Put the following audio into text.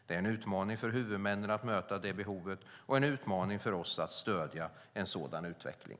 Det är en utmaning för huvudmännen att möta det behovet och en utmaning för oss att stödja en sådan utveckling.